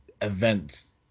events